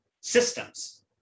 systems